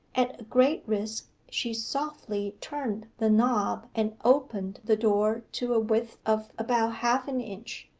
at a great risk she softly turned the knob and opened the door to a width of about half-an-inch,